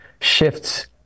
shifts